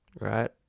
right